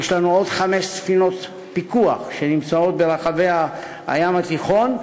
יש לנו עוד חמש ספינות פיקוח שנמצאות ברחבי הים התיכון,